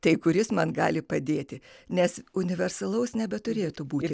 tai kuris man gali padėti nes universalaus nebeturėtų būti